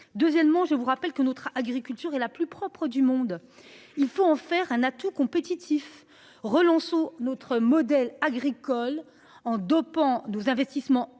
Deuxièmement, je vous rappelle que notre agriculture est la plus propres du monde, il faut en faire un atout compétitif relance notre modèle agricole en dopant nos investissements